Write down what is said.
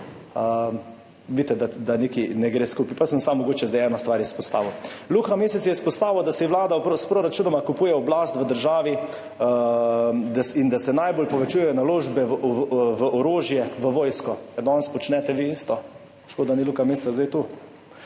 Vidite, da nekaj ne gre skupaj, pa sem zdaj mogoče samo eno stvar izpostavil. Luka Mesec je izpostavil, da si Vlada s proračunoma kupuje oblast v državi in da se najbolj povečujejo naložbe v orožje, v vojsko. Danes počnete vi isto. Škoda, da ni Luka Mesca zdaj tu.